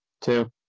two